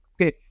Okay